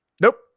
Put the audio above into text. Nope